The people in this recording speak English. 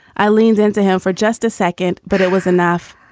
i leaned into him for just a second. but it was enough.